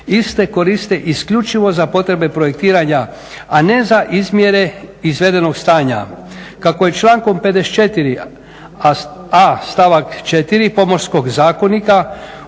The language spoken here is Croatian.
iste koriste isključivo za potrebe projektiranja a ne za izmjere izvedenog stanja. Kako je člankom 54.a stavak 4. Pomorskog zakonika